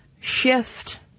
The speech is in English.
shift